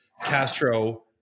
Castro